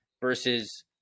versus